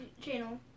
channel